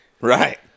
Right